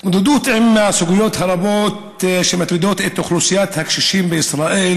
ההתמודדות עם הסוגיות הרבות שמטרידות את אוכלוסיית הקשישים בישראל